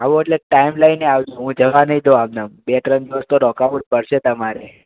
આવો એટલે ટાઈમ લઈને આવજો હું જવા નહિ દઉં આમ ને આમ બે ત્રણ દિવસ તો રોકાવું જ પડશે તમારે